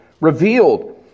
revealed